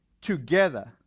together